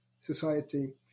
Society